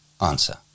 Answer